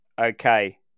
Okay